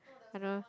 I know